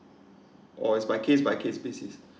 or is by case by case specise